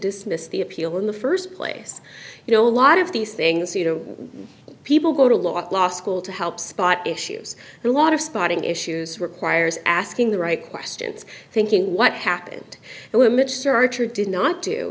dismiss the appeal in the st place you know a lot of these things you know people go to law school to help spot issues and a lot of spotting issues requires asking the right questions thinking what happened and what mr archer did not do